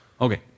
Okay